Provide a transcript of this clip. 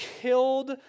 killed